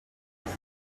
mais